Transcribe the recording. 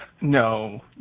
No